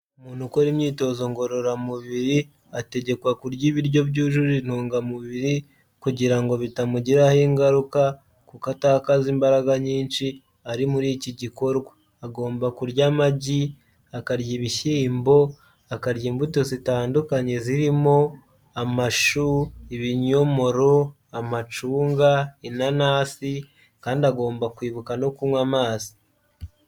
Umuntu ukora imyitozo ngororamubiri ategekwa kurya ibiryo byujuje intungamubiri kugira ngo bitamugiraho ingaruka kuko atakaza imbaraga nyinshi ari muri iki gikorwa, agomba kurya amagi, akarya ibishyimbo, akarya imbuto zitandukanye zirimo amashu, ibinyomoro, amacunga, inanasi kandi agomba kwibuka no kunywa amazi.